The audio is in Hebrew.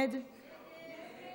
ההסתייגות (2) לחלופין (ג) של קבוצת סיעת